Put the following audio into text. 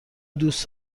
دوست